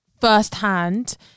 firsthand